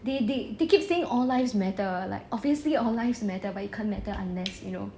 they they they keep saying all lives matter like obviously all lives matter but they can't matter unless you know